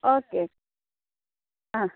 okay आं